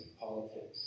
politics